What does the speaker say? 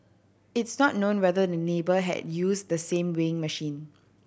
it's not known whether the neighbour had used the same weighing machine